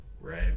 Right